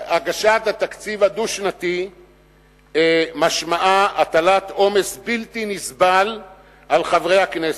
הגשת התקציב הדו-שנתי משמעה הטלת עומס בלתי נסבל על חברי הכנסת.